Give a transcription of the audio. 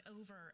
over